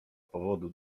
powodu